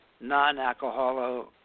Non-alcoholic